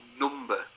number